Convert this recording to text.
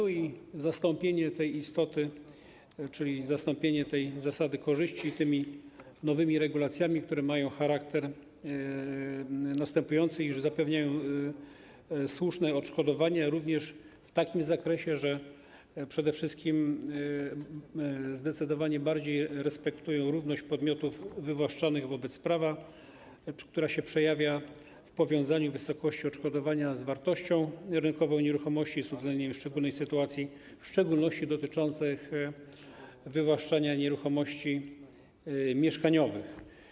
Chodzi o zastąpienie tej istoty, czyli zastąpienie zasady korzyści, nowymi regulacjami, które mają charakter taki, iż zapewniają słuszne odszkodowanie, również w takim zakresie, że przede wszystkim zdecydowanie bardziej respektują równość podmiotów wywłaszczonych wobec prawa, która się przejawia w powiązaniu wysokości odszkodowania z wartością rynkową nieruchomości, z uwzględnieniem szczególnych sytuacji, zwłaszcza dotyczących wywłaszczenia nieruchomości mieszkaniowych.